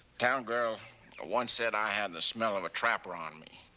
town girl once said i had the smell of a trapper on me.